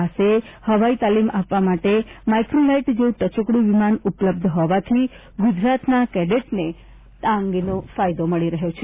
પાસે હવાઇ તાલીમ આપવા માટે માઇક્રોલાઇટ જેવું ટચુકડું વિમાન ઉપલબ્ધ હોવાથી ગુજરાતના કેડેટને ફાયદો છે